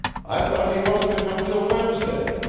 i thought he wasn't to come till wednesday.